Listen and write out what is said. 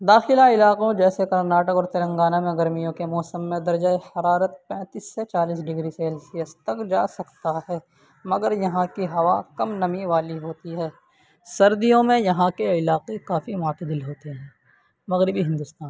داخلہ علاقوں جیسے کرناٹک اور تلنگانہ میں گرمیوں کے موسم میں درجۂ حرارت پینتس سے چالیس ڈگری سیلسیس تک جا سکتا ہے مگر یہاں کی ہوا کم نمی والی ہوتی ہے سردیوں میں یہاں کے علاقے کافی معتدل ہوتے ہیں مغربی ہندوستان